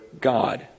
God